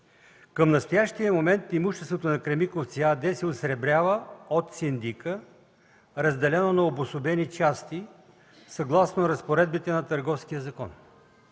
Към настоящия момент имуществото на „Кремиковци” АД се осребрява от синдика, разделено на обособени части, съгласно разпоредбите на Търговския закон.